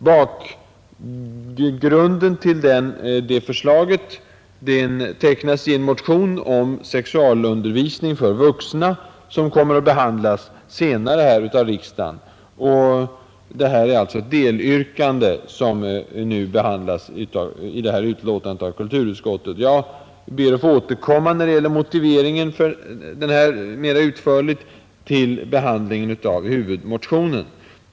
Bakgrunden till det förslaget tecknas i en motion om sexualundervisning för vuxna, som kommer att behandlas senare av riksdagen; det är alltså ett delyrkande som behandlas i detta betänkande av kulturutskottet. Jag ber att få återkomma mera utförligt när det gäller motiveringen vid behandlingen av huvudmotionen.